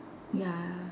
ya